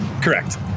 Correct